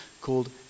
called